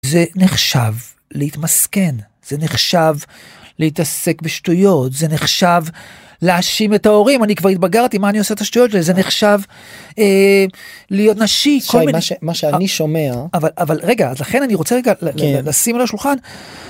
זה נחשב להתמסכן זה נחשב להתעסק בשטויות זה נחשב להאשים את ההורים אני כבר התבגרתי מה אני עושה את השטויות זה נחשב להיות נשית מה שאני שומע אבל אבל רגע לכן אני רוצה רגע לשים על השולחן.